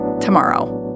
tomorrow